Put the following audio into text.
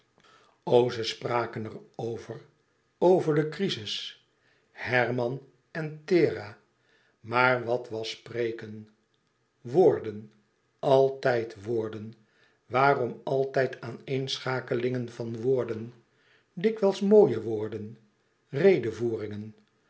ze spraken er over over de crizis herman en thera maar wat was spreken woorden altijd woorden waarom altijd aaneenschakelingen van woorden dikwijls mooie woorden redevoeringen